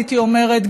הייתי אומרת,